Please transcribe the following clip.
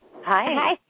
Hi